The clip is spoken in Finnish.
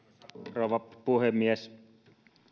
rouva puhemies